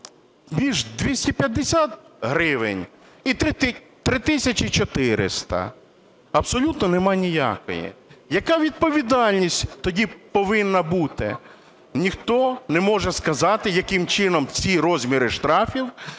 між 250 гривень і 3 тисячі 400? Абсолютно нема ніякої. Яка відповідальність тоді повинна бути? Ніхто не може сказати, яким чином ці розміри штрафів